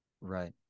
Right